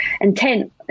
intent